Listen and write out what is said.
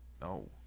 No